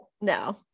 No